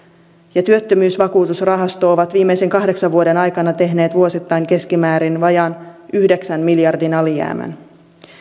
ja työttömyysvakuutusrahasto ovat viimeisten kahdeksan vuoden aikana tehneet vuosittain keskimäärin vajaan yhdeksän miljardin alijäämän